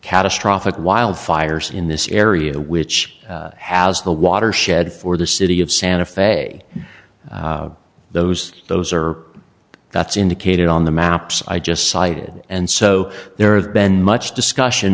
catastrophic wildfires in this area which has the watershed for the city of santa fe those those are that's indicated on the maps i just cited and so there has been much discussion